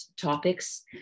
topics